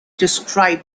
described